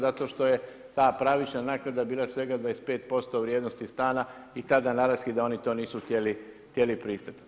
Zato što je ta pravična naknada bila svega 25% u vrijednosti stana i tada naravski da oni to nisu htjeli pristati.